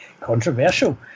Controversial